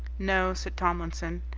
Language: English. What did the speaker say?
no, said tomlinson,